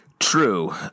True